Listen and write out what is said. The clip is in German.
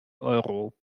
euro